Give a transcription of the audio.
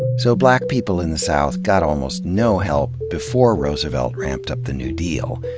so, black people in the south got almost no help before roosevelt ramped up the new deal.